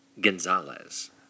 Gonzalez